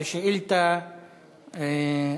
ושאילתה לשר,